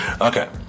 Okay